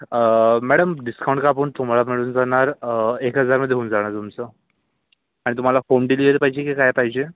अं madam discount कापून तुम्हाला मिळून जाणार अ एक हजारमधे होऊन जाणार तुमचं आणि तुम्हाला होम डिलीवरी पाहिजे की काय पाहिजे